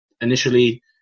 initially